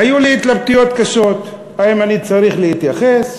היו לי התלבטויות קשות אם אני צריך להתייחס.